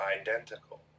identical